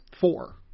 four